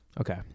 Okay